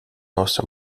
most